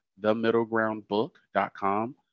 themiddlegroundbook.com